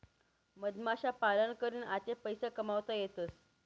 मधमाख्या पालन करीन आते पैसा कमावता येतसं